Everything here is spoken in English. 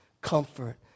comfort